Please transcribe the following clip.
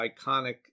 iconic